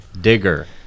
Digger